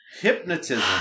Hypnotism